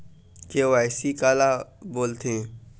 KYC काला बोलथें?